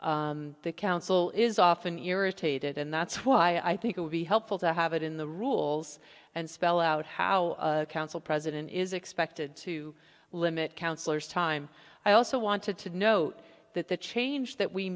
discussion the council is often irritated and that's why i think it would be helpful to have it in the rules and spell out how council president is expected to limit councillors time i also wanted to note that the change that we